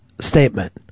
statement